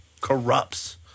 corrupts